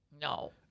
No